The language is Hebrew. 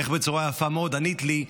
איך בצורה יפה מאוד ענית לי,